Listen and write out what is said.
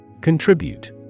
Contribute